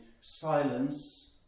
silence